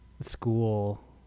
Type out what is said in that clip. school